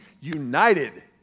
united